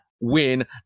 win